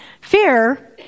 Fear